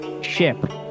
ship